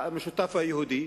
המשותף הוא היהודי,